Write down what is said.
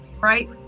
Right